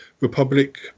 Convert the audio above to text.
Republic